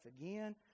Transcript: again